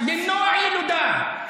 למנוע ילודה.